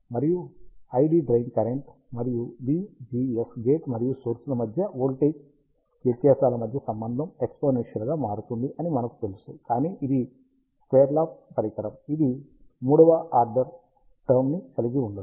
మరియు ID drain current మరియు VGS gate మరియు సోర్స్ ల మధ్య వోల్టేజ్ వ్యత్యాసాల మధ్య సంబంధం ఎక్స్పోనెన్షియల్ గా మారుతుంది అని మనకు తెలుసు కానీ ఇది స్క్వేర్ లా పరికరం ఇది మూడవ ఆర్డర్ టర్మ్ ని కలిగి ఉండదు